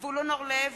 זבולון אורלב,